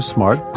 Smart